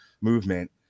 movement